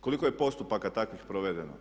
Koliko je postupaka takvih provedeno?